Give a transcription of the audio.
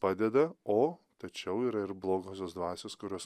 padeda o tačiau yra ir blogosios dvasios kurios